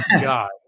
God